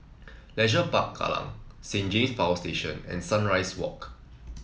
Leisure Park Kallang Saint James Power Station and Sunrise Walk